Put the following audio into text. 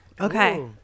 Okay